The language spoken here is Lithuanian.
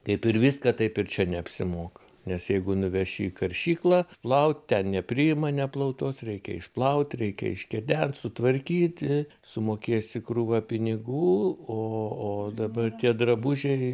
kaip ir viską taip ir čia neapsimoka nes jeigu nuvešiu į karšyklą plau ten nepriima neplautos reikia išplaut reikia iškedent sutvarkyti sumokėsi krūvą pinigų o o dabar tie drabužiai